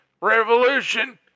Revolution